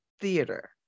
theater